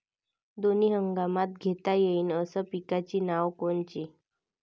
दोनी हंगामात घेता येईन अशा पिकाइची नावं कोनची?